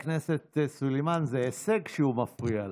חברת הכנסת סלימאן, זה הישג שהוא מפריע לך.